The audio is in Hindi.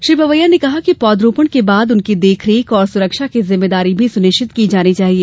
श्री पवैया ने कहा कि पोधरोपण के बाद उनकी देखरेख और सुरक्षा की जिम्मेदारी भी सुनिश्चित की जानी चाहिए